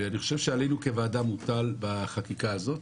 ואני חושב שעלינו כוועדה מוטל בחקיקה הזאת